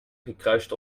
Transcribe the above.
gekruist